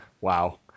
Wow